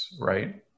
right